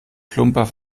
plumper